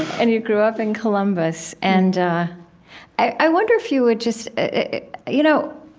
and you grew up in columbus. and i wonder if you would just you know,